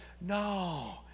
No